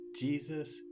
Jesus